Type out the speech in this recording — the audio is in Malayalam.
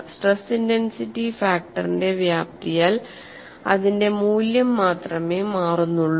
സ്ട്രെസ് ഇന്റെൻസിറ്റി ഫാക്ടറിന്റെ വ്യാപ്തിയാൽ അതിന്റെ മൂല്യം മാത്രമേ മാറു